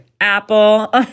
Apple